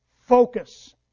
Focus